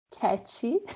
catchy